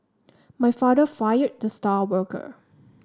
my father fired the star worker